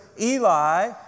Eli